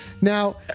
Now